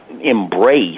embrace